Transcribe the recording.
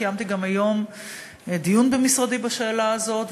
קיימתי גם היום דיון במשרדי בשאלה הזאת,